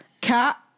cat